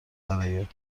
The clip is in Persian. برای